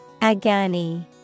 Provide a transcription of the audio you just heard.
Agani